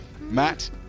Matt